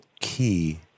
key